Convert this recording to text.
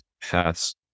pass